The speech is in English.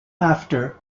after